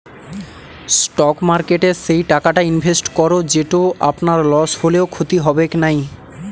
stock মার্কেটে সেই টাকাটা ইনভেস্ট করো যেটো আপনার লস হলেও ক্ষতি হবেক নাই